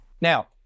Now